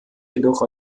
jedoch